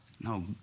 No